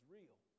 real